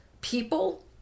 people